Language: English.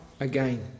again